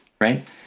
right